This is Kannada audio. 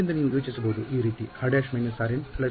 ಆದ್ದರಿಂದ ನೀವು ಯೋಚಿಸಬಹುದು ಈ ರೀತಿಯ r′ rn ρ